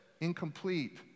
incomplete